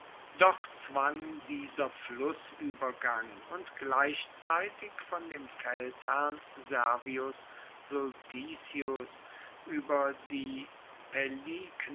doch zwang dieser flußübergang und gleichzeitig von dem feldherrn servius sulpicius über die